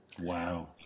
Wow